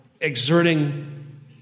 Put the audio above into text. exerting